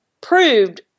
proved